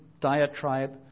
diatribe